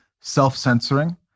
self-censoring